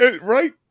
Right